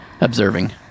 observing